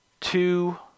two